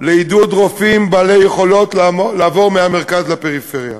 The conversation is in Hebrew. לעידוד רופאים בעלי יכולות לעבור מהמרכז לפריפריה.